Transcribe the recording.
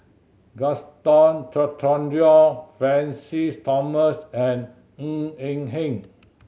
Gaston Dutronquoy Francis Thomas and Ng Eng Hen